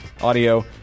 audio